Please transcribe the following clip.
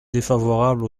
défavorable